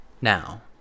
Now